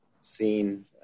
seen